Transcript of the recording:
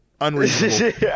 Unreasonable